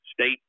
State